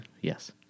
Yes